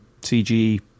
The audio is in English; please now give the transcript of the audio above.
CG